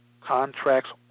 Contracts